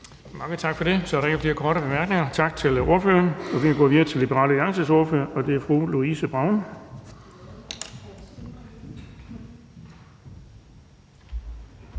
Mange tak for det. Så er der ikke flere korte bemærkninger. Tak til ordføreren. Vi går videre til Liberal Alliances ordfører, og det er fru Louise Brown.